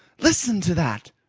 listen to that!